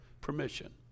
permission